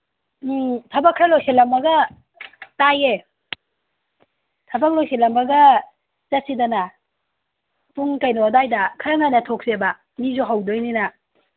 ꯎꯝ ꯊꯕꯛ ꯈꯔ ꯂꯣꯏꯁꯜꯂꯝꯃꯒ ꯇꯥꯏꯌꯦ ꯊꯕꯛ ꯂꯣꯏꯁꯤꯜꯂꯝꯃꯒ ꯆꯠꯁꯤꯗꯅ ꯄꯨꯡ ꯀꯩꯅꯣ ꯑꯗ꯭ꯋꯥꯏꯗ ꯈꯔ ꯉꯟꯅ ꯊꯣꯛꯁꯦꯕ ꯃꯤꯁꯨ ꯍꯧꯒꯗꯣꯏꯅꯤꯅ